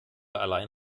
allein